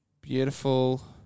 Beautiful